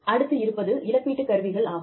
அடுத்து இருப்பது இழப்பீட்டுக் கருவிகள் ஆகும்